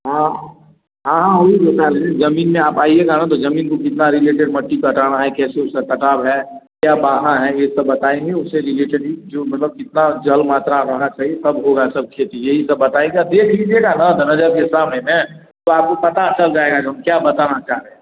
हाँ हाँ हाँ वही बता रहें ज़मीन में आप आइएगा ना तो ज़मीन को कितनी रिलेटेड मट्टी कटाना है कैसे उसका कटाव है क्या ये सब बताएंगे उससे रिलेटेड ही जो मतलब कितना जल मात्रा होना चाहिए तब होगा सब खेती यही सब बताएगा देख लीजिएगा ना तो नज़र के सामने में तो आपको पता चल जाएगा कि हम क्या बताना चाह रहें